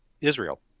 Israel